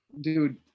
Dude